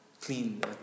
clean